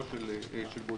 לא של בודדים.